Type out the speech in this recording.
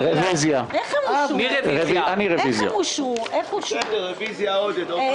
רוב נגד אין נמנעים 1 פניות 373 עד 376,